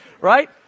Right